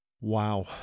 Wow